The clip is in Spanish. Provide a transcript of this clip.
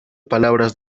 palabras